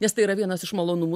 nes tai yra vienas iš malonumų